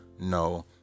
no